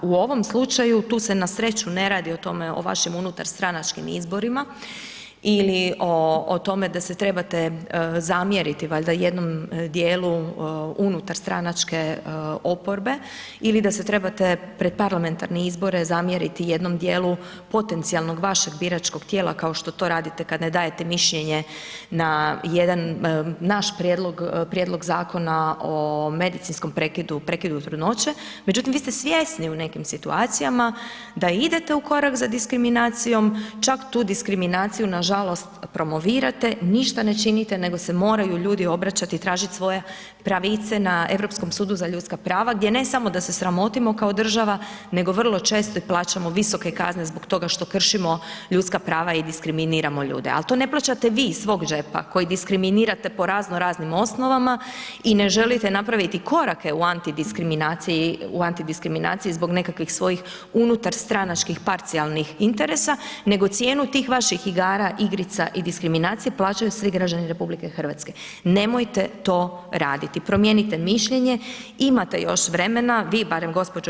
U ovom slučaju tu se na sreću ne radi o tome, o vašim unutarstranačkim izborima ili o, o tome da se trebate zamjeriti valjda jednom dijelu unutarstranačke oporbe ili da se trebate pred parlamentarne izbore zamjeriti jednom dijelu potencijalnog vašeg biračkog tijela kao što to radite kad ne dajete mišljenje na jedan naš prijedlog, prijedlog Zakona o medicinskom prekidu, prekidu trudnoće, međutim vi ste svjesni u nekim situacijama da idete u korak za diskriminacijom, čak tu diskriminaciju nažalost promovirate, ništa ne činite nego se moraju ljudi obraćat i tražit svoje pravice na Europskom sudu za ljudska prava gdje ne samo da se sramotimo kao država nego vrlo često i plaćamo visoke kazne zbog toga što kršimo ljudska prava i diskriminiramo ljude, al to ne plaćate vi iz svog džepa koji diskriminirate po razno raznim osnovama i ne želite napraviti korake u antidiskriminaciji, u antidiskriminaciji zbog nekakvih svojih unutarstranačkih parcijalnih interesa nego cijenu tih vaših igara, igrica i diskriminacije plaćaju svi građani RH, nemojte to raditi, promijenite mišljenje, imate još vremena, vi barem gđo.